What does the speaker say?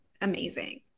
amazing